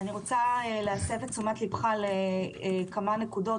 אני רוצה להסב את תשומת ליבך לכמה נקודות